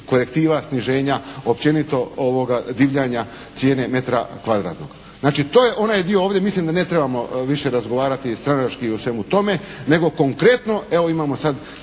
korektiva, sniženja općenito divljanja cijene metra kvadratnog. Znači to je onaj dio ovdje. Mislim da ne trebamo više razgovarati stranački o svemu tome nego konkretno. Evo imamo sad